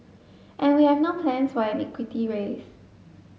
and we have no plans for an equity raise